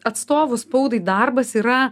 atstovų spaudai darbas yra